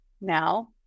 now